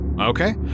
Okay